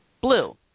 blue